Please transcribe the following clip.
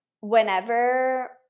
whenever